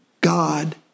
God